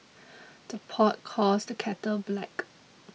the pot calls the kettle black